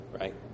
Right